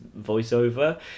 voiceover